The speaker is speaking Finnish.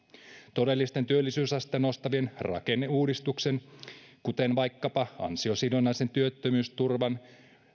todellisten työllisyysastetta nostavien rakenneuudistusten kuten vaikkapa ansiosidonnaisen työttömyysturvan